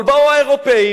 אבל באו האירופים,